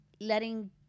letting